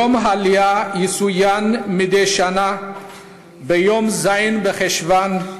יום העלייה יצוין מדי שנה ביום ז' בחשוון,